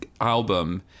album